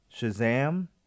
Shazam